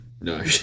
No